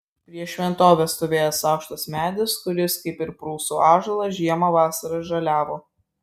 prieš šventovę stovėjęs aukštas medis kuris kaip ir prūsų ąžuolas žiemą vasarą žaliavo